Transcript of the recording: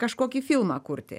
kažkokį filmą kurti